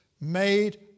made